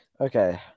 Okay